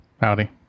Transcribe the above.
Howdy